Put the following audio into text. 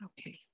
Okay